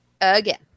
Again